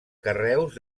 carreus